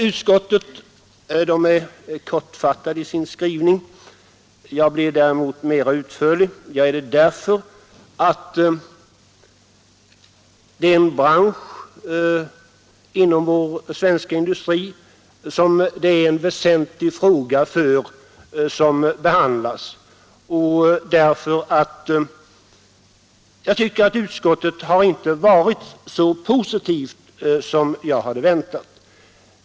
Utskottet är kortfattat i sin skrivning. Jag blir däremot mera utförlig. Jag blir det därför att det för en bransch inom vår svenska industri är en väsentlig fråga som behandlas och därför att utskottet inte har varit så positivt som jag hade väntat.